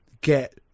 get